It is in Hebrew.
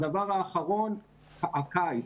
הדבר האחרון הקיץ.